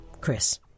Chris